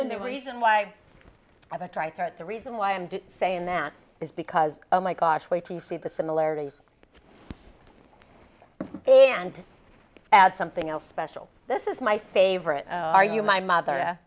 in the reason why i try to write the reason why i'm saying that is because my gosh wait to see the similarities and add something else special this is my favorite are you my mother